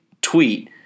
tweet